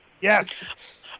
Yes